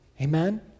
Amen